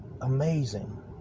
amazing